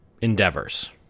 endeavors